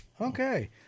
Okay